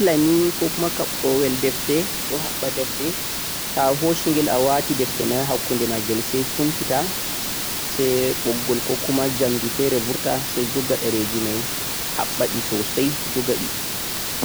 stapiler ni ko kuma foowan defte ko habba defte toh a hoosingel a waati defti mei haa kunde gelse sai sumfita sai buggol ko kuma jamdi fere burta sai jogga dhereji mei habbagi sosai don ghadi